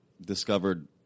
discovered